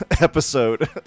episode